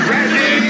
Ready